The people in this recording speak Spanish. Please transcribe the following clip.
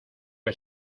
que